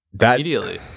immediately